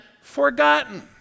forgotten